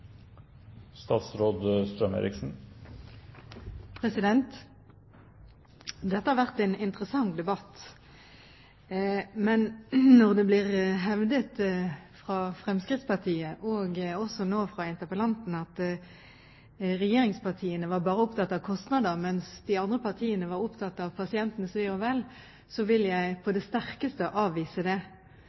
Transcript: Dette har vært en interessant debatt. Men når det blir hevdet fra Fremskrittspartiets side, og nå også av interpellanten, at regjeringspartiene bare var opptatt av kostnader mens de andre partiene var opptatt av pasientens ve og vel, vil jeg på det sterkeste avvise det.